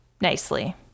nicely